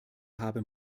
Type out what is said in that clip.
habe